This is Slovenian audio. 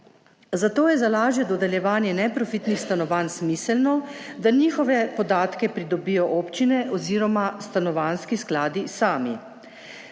zato je za lažje dodeljevanje neprofitnih stanovanj smiselno, da njihove podatke pridobijo občine oziroma stanovanjski skladi sami.